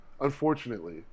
unfortunately